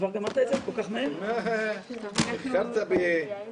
הישיבה נעולה.